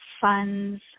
funds